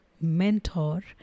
mentor